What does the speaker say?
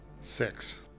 Six